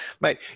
Mate